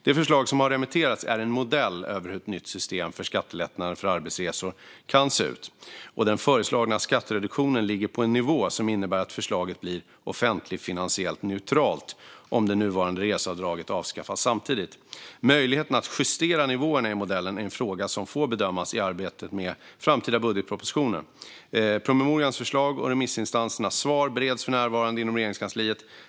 Det förslag som har remitterats är en modell över hur ett nytt system för skattelättnader för arbetsresor kan se ut, och den föreslagna skattereduktionen ligger på en nivå som innebär att förslaget blir offentligfinansiellt neutralt om det nuvarande reseavdraget avskaffas samtidigt. Möjligheten att justera nivåerna i modellen är en fråga som får bedömas i arbetet med framtida budgetpropositioner. Promemorians förslag och remissinstansernas svar bereds för närvarande inom Regeringskansliet.